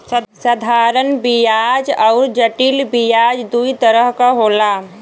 साधारन बियाज अउर जटिल बियाज दूई तरह क होला